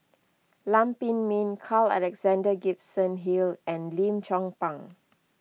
Lam Pin Min Carl Alexander Gibson Hill and Lim Chong Pang